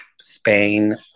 Spain